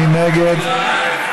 מי נגד?